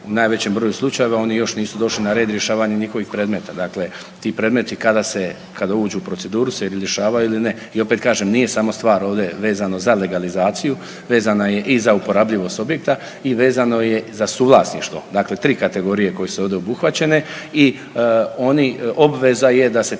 u najvećem broju slučajeva oni još nisu došli na red rješavanja njihovih predmeta. Dakle, ti predmeti kada se, kada uđu u proceduru se ili rješavaju ili ne. I opet kažem nije samo stvar ovdje vezano za legalizaciju, vezana je i za uporabljivost objekta i vezano je za suvlasništvo. Dakle, 3 kategorije koje su ovdje obuhvaćene i oni obveza je da se